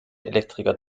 elektriker